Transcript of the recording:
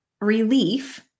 relief